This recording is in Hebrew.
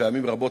שפעמים רבות,